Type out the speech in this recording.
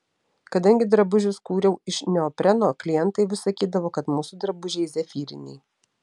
kadangi drabužius kūriau iš neopreno klientai vis sakydavo kad mūsų drabužiai zefyriniai